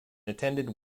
attended